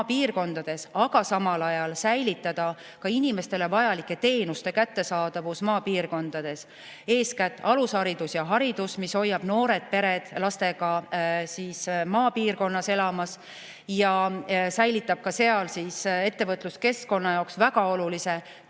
maapiirkondades, aga samal ajal säilitada inimestele vajalike teenuste kättesaadavus maapiirkondades. Eeskätt alusharidus ja hariduse [kättesaadavus] hoiab noored pered lastega maapiirkonnas elamas ja säilitab ka seal ettevõtluskeskkonna jaoks väga olulise